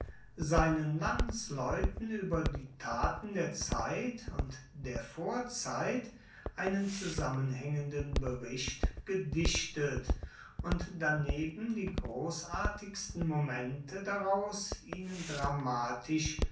seinen landsleuten ueber die taten der zeit und der vorzeit einen zusammenhaengenden bericht gedichtet und daneben die grossartigsten momente daraus ihnen dramatisch